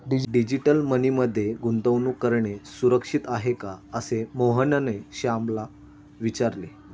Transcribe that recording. digital money मध्ये गुंतवणूक करणे सुरक्षित आहे का, असे मोहनने श्यामला विचारले